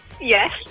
yes